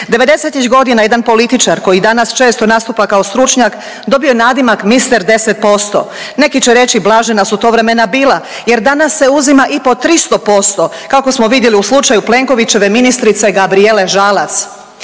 90-tih godina jedan političar koji danas često nastupa kao stručnjak dobio je nadimak „Mister 10%“. Neki će reći blažena su to vremena bila, jer danas se uzima i po 300% kako smo vidjeli u slučaju Plenkovićeve ministrice Gabrijele Žalac.